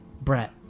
Brett